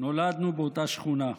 נולדנו באותה שכונה.